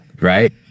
Right